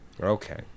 Okay